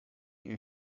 you